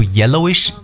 yellowish